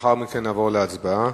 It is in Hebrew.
ולאחר מכן נעבור להצבעה.